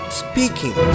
speaking